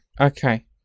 okay